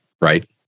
right